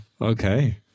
Okay